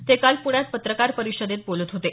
ते काल पुण्यात पत्रकार परिषदेत बोलत होते